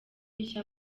rishya